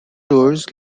doors